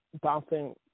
bouncing